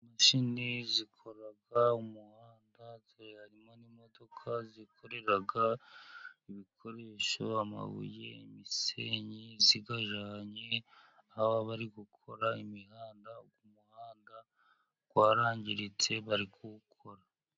Imashini zikora umuhanda, harimo n'imodoka zikorera ibikoresho, amabuye, imisenyi, ziyajyanye aho bari gukora imihanda. Umuhanda warangiritse, bari kuwukora.